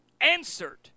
answered